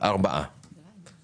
אציג את הרקע